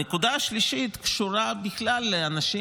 הנקודה השלישית קשורה בכלל לאנשים